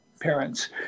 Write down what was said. parents